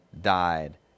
died